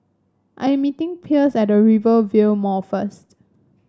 I am meeting Pierce at Rivervale Mall first